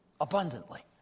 abundantly